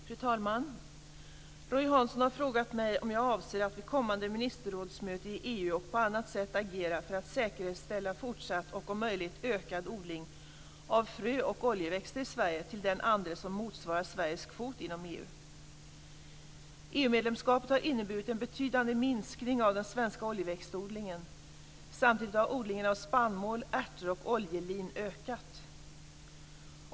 Fru talman! Roy Hansson har frågat mig om jag avser att vid kommande ministerrådsmöte i EU och på annat sätt agera för att säkerställa fortsatt och om möjligt ökad odling av frö och oljeväxter i Sverige till den andel som motsvarar Sveriges kvot inom EU. EU-medlemskapet har inneburit en betydande minskning av den svenska oljeväxtodlingen. Samtidigt har odlingen av spannmål, ärter och oljelin ökat.